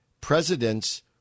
presidents